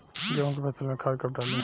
गेहूं के फसल में खाद कब डाली?